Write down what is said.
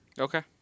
Okay